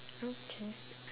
okay